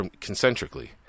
Concentrically